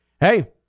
Hey